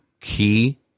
key